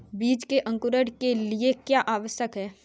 बीज के अंकुरण के लिए क्या आवश्यक है?